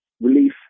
relief